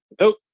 Nope